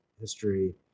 history